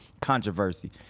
controversy